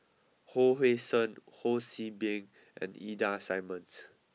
Hon Sui Sen Ho See Beng and Ida Simmons